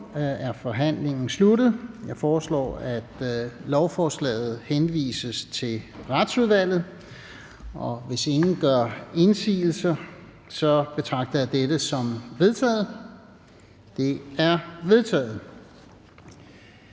er forhandlingen sluttet. Jeg foreslår, at lovforslaget henvises til Retsudvalget. Hvis ingen gør indsigelse, betragter jeg dette som vedtaget. Det er vedtaget.